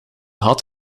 had